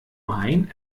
hein